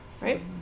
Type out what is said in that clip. right